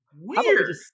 weird